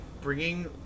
bringing